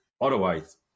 otherwise